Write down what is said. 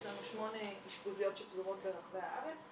יש לנו שמונה אשפוזיות שפזורות ברחבי הארץ,